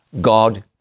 God